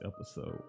episode